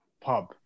pub